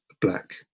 black